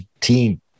team